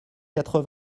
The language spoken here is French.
quatre